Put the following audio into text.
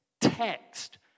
text